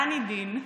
דנידין.